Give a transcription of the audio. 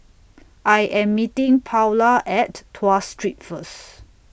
I Am meeting Paola At Tuas Street First